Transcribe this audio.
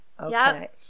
Okay